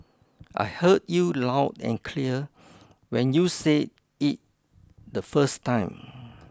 I heard you loud and clear when you said it the first time